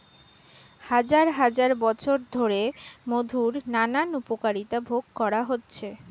হাজার হাজার বছর ধরে মধুর নানান উপকারিতা ভোগ করা হচ্ছে